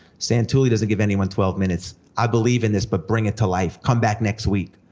santulli doesn't give anyone twelve minutes. i believe in this, but bring it to life. come back next week.